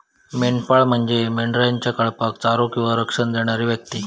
मेंढपाळ म्हणजे मेंढरांच्या कळपाक चारो किंवा रक्षण करणारी व्यक्ती